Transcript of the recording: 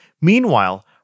Meanwhile